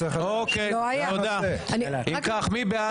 אוקי תודה, אם כך מי בעד?